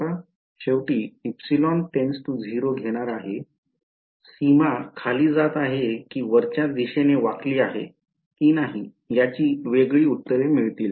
शेवटी ε 🡪 0 घेणार आहे सीमा खाली जात आहे की वरच्या दिशेने वाकली आहे की नाही याची वेगळी उत्तरे मिळतील